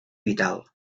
vital